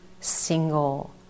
single